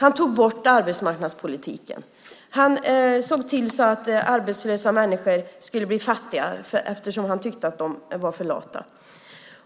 Han tog bort arbetsmarknadspolitiska åtgärder. Han såg till att arbetslösa människor skulle bli fattiga, eftersom han tyckte att de var för lata.